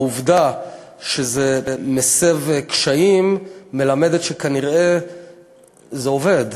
העובדה שזה מסב קשיים מלמדת שכנראה זה עובד.